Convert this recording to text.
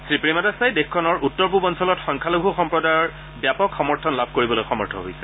শ্ৰী প্ৰেমাদাছাই দেশখনৰ উত্তৰ পূব অঞ্চলত সংখ্যালঘূ সম্প্ৰদায়ৰ ব্যাপক সমৰ্থন লাভ কৰিবলৈ সমৰ্থ হৈছে